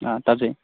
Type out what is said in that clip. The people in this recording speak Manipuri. ꯑꯥ ꯇꯥꯖꯩ